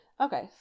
Okay